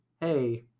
hey